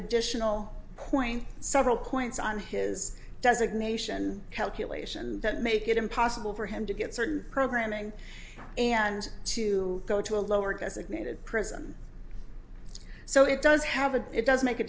additional point several points on his does it nation calculation that make it impossible for him to get certain programming and to go to a lowered as admitted prism so it does have a it does make a